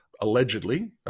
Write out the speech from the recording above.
allegedly